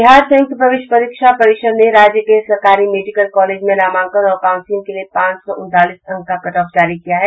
बिहार संयुक्त प्रवेश प्रतियोगिता परिषद ने राज्य के सरकारी मेडिकल कॉलेज में नामांकन और काउंसिलिंग के लिये पांच सौ उनतालीस अंक का कटऑफ जारी किया है